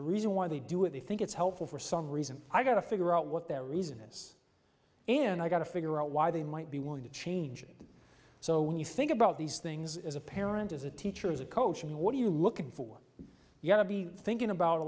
a reason why they do it they think it's helpful for some reason i got to figure out what their reason is and i got to figure out why they might be willing to change and so when you think about these things as a parent as a teacher as a coach i mean what are you looking for you have to be thinking about a